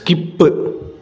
skip